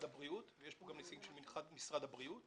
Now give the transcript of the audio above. הבריאות ונמצא פה גם נציג של משרד הבריאות,